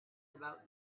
about